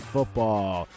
Football